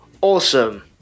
awesome